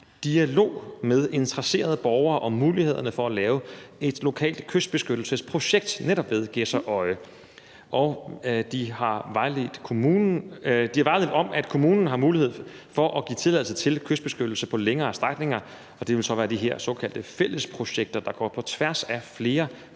dialog med interesserede borgere om mulighederne for at lave et lokalt kystbeskyttelsesprojekt netop ved Gedser Odde, og at de har vejledt om, at kommunen har mulighed for at give tilladelse til kystbeskyttelse på længere strækninger. Det vil så være de her såkaldte fællesprojekter, der går på tværs af flere grundejeres